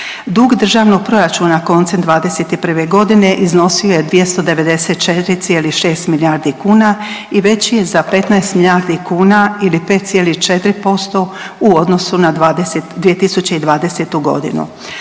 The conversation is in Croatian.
Dug Državnog proračuna koncem '21. godine iznosio je 294,6 milijardi kuna i veći je za 15 milijardi kuna ili 5,4% u odnosu na 2020. godinu.